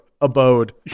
abode